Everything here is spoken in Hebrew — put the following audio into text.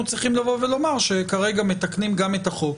צריכים לומר שכרגע מתקנים גם את החוק,